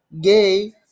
gay